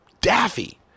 daffy